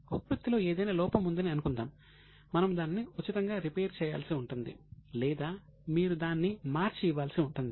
ఉత్పత్తిలో ఏదైనా లోపం ఉందని అనుకుందాం మనము దానిని ఉచితంగా రిపేర్ చేయాల్సి ఉంటుంది లేదా మీరు దాన్ని మార్చి ఇవ్వాల్సి ఉంటుంది